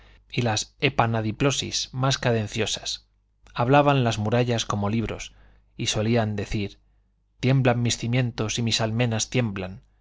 y las epanadiplosis más cadenciosas hablaban las murallas como libros y solían decir tiemblan mis cimientos y mis almenas tiemblan